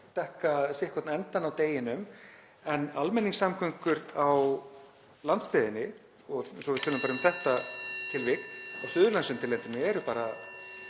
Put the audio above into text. dekka sitthvorn endann á deginum en almenningssamgöngur á landsbyggðinni, svo við tölum bara um þetta tilvik á Suðurlandsundirlendinu,